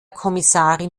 kommissarin